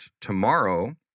tomorrow